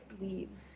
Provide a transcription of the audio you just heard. leaves